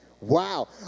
Wow